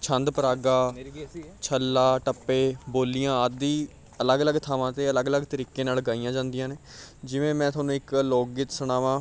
ਛੰਦ ਪਰਾਗਾ ਛੱਲਾ ਟੱਪੇ ਬੋਲੀਆਂ ਆਦਿ ਅਲੱਗ ਅਲੱਗ ਥਾਵਾਂ 'ਤੇ ਅਲੱਗ ਅਲੱਗ ਤਰੀਕੇ ਨਾਲ ਗਾਈਆਂ ਜਾਂਦੀਆਂ ਨੇ ਜਿਵੇਂ ਮੈਂ ਤੁਹਾਨੂੰ ਇੱਕ ਲੋਕ ਗੀਤ ਸੁਣਾਵਾਂ